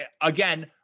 again